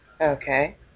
Okay